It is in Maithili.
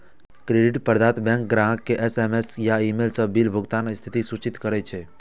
क्रेडिट प्रदाता बैंक ग्राहक कें एस.एम.एस या ईमेल सं बिल भुगतानक तिथि सूचित करै छै